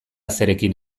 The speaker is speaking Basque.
zerekin